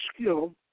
skill